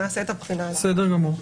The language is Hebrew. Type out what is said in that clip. נעשה את הבחינה הזאת.